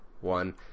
one